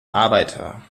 arbeiter